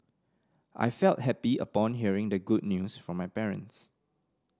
I felt happy upon hearing the good news from my parents